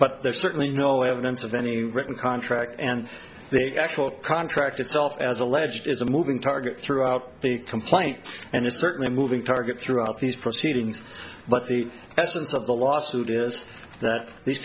but there's certainly no evidence of any written contract and the actual contract itself as alleged is a moving target throughout the complaint and it's certainly a moving target throughout these proceedings but the essence of the lawsuit is that these